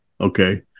okay